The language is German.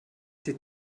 die